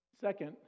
Second